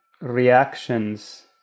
reactions